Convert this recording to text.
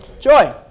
Joy